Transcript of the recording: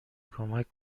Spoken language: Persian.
کمک